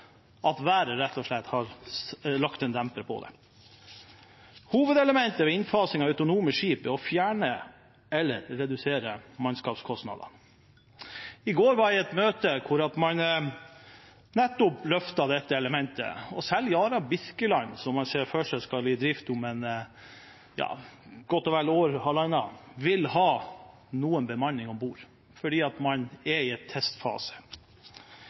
at været rett og slett har lagt en demper på det. Hovedelementet ved innfasing av autonome skip er å fjerne eller redusere mannskapskostnadene. I går var jeg i et møte der man løftet nettopp dette elementet. Selv Yara Birkeland, som man ser for seg skal komme i drift om godt og vel ett–halvannet år, vil ha noe bemanning om bord fordi man er i en testfase.